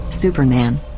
Superman